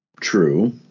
True